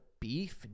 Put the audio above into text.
beef